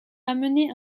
amené